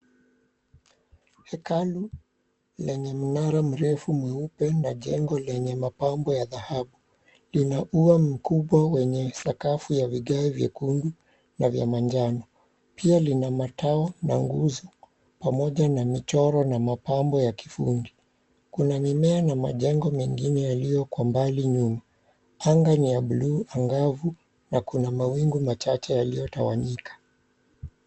Hekalu lenye mnara mrefu mweupe na jengo lenye mapambo ya dhahabu. Lina ua mkubwa wenye sakafu ya vigae vyekundu na vya manjano. Pia lina mataa na nguzo pamoja na michoro na mapambo ya kifundi. Kuna mimea na majengo mengine yalio kwa mbali nyuma. Anga ni ya buluu angavu na kuna mawingu machache yaliotawanyika.